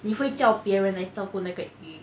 你会叫别人来照顾那个鱼